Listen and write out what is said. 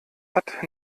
hat